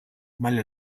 male